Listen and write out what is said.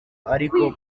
ariko